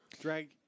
drag